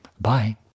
Bye